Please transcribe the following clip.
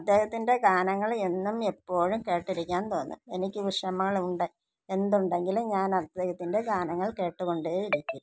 അദ്ദേഹത്തിൻ്റെ ഗാനങ്ങൾ എന്നും എപ്പോഴും കേട്ടിരിക്കാൻ തോന്നും എനിക്ക് വിഷമങ്ങളുണ്ടെ എന്തുണ്ടെങ്കിലും ഞാൻ അദ്ദേഹത്തിൻ്റെ ഗാനങ്ങൾ കേട്ടു കൊണ്ടേയിരിക്കും